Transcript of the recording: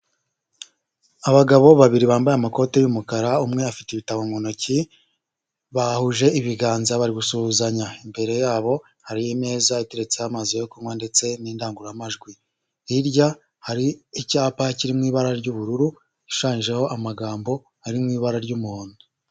Abagabo babiri bambaye amakoti y'umukara umwe afite ibitabo mu ntoki , bahuje ibiganza bari gusuhuzanya, imbere yabo hari imeza iteretseho amazi yo kunywa ndetse n'indangururamajwi, hirya hari icyapa kiri mu ibara ry'ubururu, gishushanyijeho amagambo ari mu ibara ry'umuhondo.